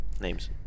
names